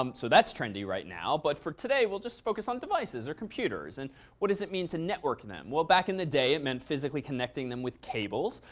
um so that's trendy right now. but for today we'll just focus on devices or computers. and what does it mean to network them. well, back in the day it meant physically connecting them with cables,